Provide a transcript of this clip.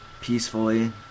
peacefully